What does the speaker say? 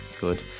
good